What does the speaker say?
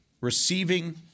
receiving